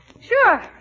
Sure